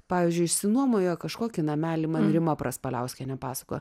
pavyzdžiui išsinuomoja kažkokį namelį man rima praspaliauskienė pasakojo